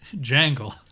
Jangle